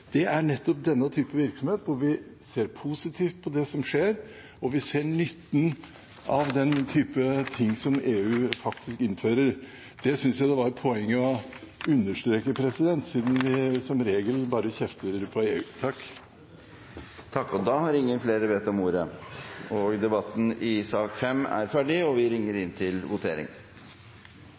EU, gjelder nettopp denne type virksomhet hvor vi ser positivt på det som skjer, og hvor vi ser nytten av den type ting som EU faktisk innfører. Det synes jeg det var et poeng å understreke, siden vi som regel bare kjefter på EU. Flere har ikke bedt om ordet til sak nr. 5. Stortinget er da klar til å gå til votering.